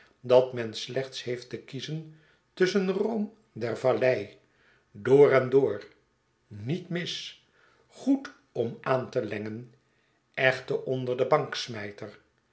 dat men slechts heeft te kiezen tusschen room der vallei door en door niet mis goedom aan te lengen echteonder de